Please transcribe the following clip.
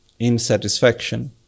Insatisfaction